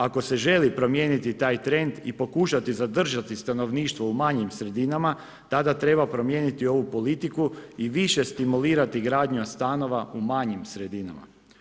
Ako se želi promijeniti taj trend i pokušati zadržati stanovništvo u manjim sredinama, tada treba promijeniti ovu politiku i više stimulirati gradnju stanova u manjim sredinama.